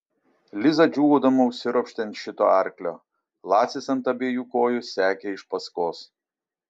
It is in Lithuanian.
liza džiūgaudama užsiropštė ant šito arklio lacis ant abiejų kojų sekė iš paskos